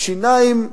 שיניים.